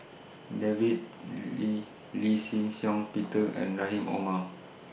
Davies Lee Lee Shih Shiong Peter and Rahim Omar